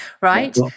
right